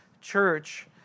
church